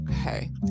Okay